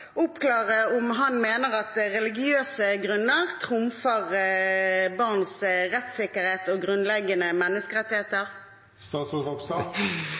oppklare om han mener at religiøse grunner trumfer barns rettssikkerhet og grunnleggende menneskerettigheter?